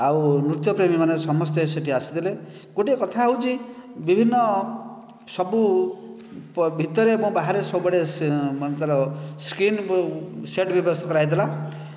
ଆଉ ନୃତ୍ୟପ୍ରେମୀ ମାନେ ସମସ୍ତେ ସେଇଠି ଆସିଥିଲେ ଗୋଟିଏ କଥା ହେଉଛି ବିଭିନ୍ନ ସବୁ ଭିତରେ ଏବଂ ବାହାରେ ସବୁଆଡ଼େ ସେମାନଙ୍କର ସ୍କ୍ରିନ୍ ସେଟ୍ ବ୍ୟବସ୍ଥା କରାଯାଇଥିଲା